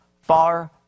Far